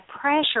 pressure